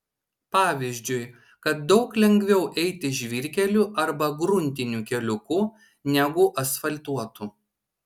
pavyzdžiui kad daug lengviau eiti žvyrkeliu arba gruntiniu keliuku negu asfaltuotu